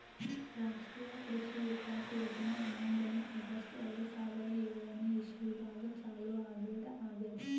ರಾಷ್ಟ್ರೀಯ ಕೃಷಿ ವಿಕಾಸ್ ಯೋಜನೆ ಹನ್ನೊಂದನೇ ಆಗಸ್ಟ್ ಎರಡು ಸಾವಿರಾ ಏಳನೆ ಇಸ್ವಿದಾಗ ಚಾಲೂ ಆಗ್ಯಾದ ಆಗ್ಯದ್